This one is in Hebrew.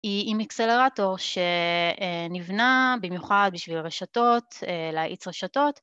היא עם אקסלרטור שנבנה במיוחד בשביל רשתות, לעץ רשתות.